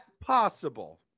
possible